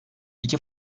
iki